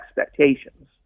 expectations